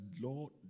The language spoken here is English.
Lord